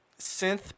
synth